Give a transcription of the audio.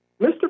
Mr